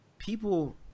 People